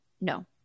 no